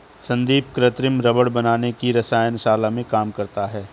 संदीप कृत्रिम रबड़ बनाने की रसायन शाला में काम करता है